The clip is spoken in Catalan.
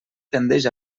tendeix